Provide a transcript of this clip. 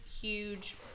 huge